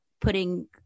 putting